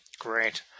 great